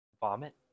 Vomit